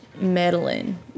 meddling